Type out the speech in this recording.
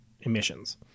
emissions